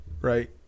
right